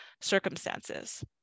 circumstances